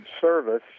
service